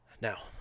now